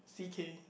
C_K